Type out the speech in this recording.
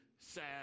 sad